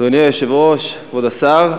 אדוני היושב-ראש, כבוד השר,